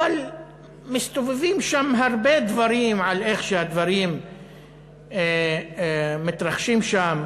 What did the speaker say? אבל מסתובבים שם הרבה דברים על איך שהדברים מתרחשים שם,